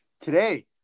Today